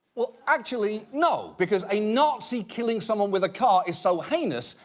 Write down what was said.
well, actually, no, because a nazi killing someone with a car is so heinous,